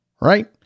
right